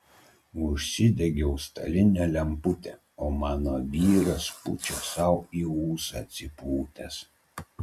užsidegiau stalinę lemputę o mano vyras pučia sau į ūsą atsipūtęs